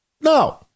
no